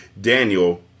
Daniel